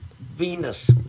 Venus